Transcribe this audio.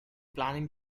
planning